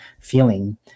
feeling